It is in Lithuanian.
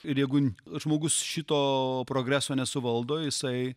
ir jeigu žmogus šito progreso nesuvaldo jisai